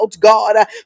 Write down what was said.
God